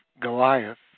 Goliath